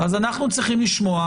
אז אנחנו צריכים לשמוע,